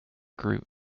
group